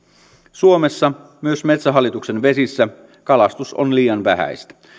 suomessa myös metsähallituksen vesissä kalastus on liian vähäistä